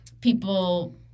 people